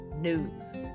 news